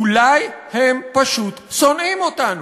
אולי הם פשוט שונאים אותנו.